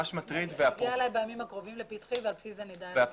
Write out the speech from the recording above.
יגיע אלי ממש בימים הקרובים ועל פי זה נדע איך לנהוג.